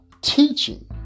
teaching